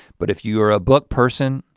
but if you're a book person,